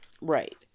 Right